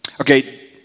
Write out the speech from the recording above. Okay